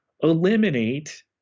eliminate